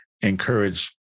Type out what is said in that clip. encourage